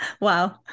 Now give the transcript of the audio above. Wow